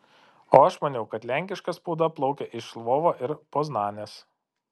o aš maniau kad lenkiška spauda plaukė iš lvovo ir poznanės